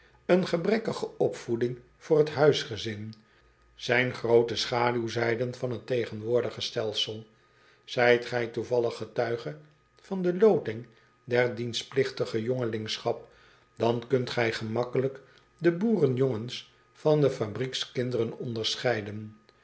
een gebrekkige opvoeding voor het huisgezin zijn groote schaduwzijden van het tegenwoordige stelsel ijt gij toevallig getuige van de loting der dienstpligtige jongelingschap dan kunt gij gemakkelijk de boerenjongens van de fabriekskinderen onderscheiden